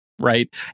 Right